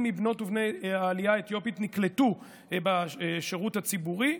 מבנות ובני העלייה האתיופית נקלטו בשירות הציבורי.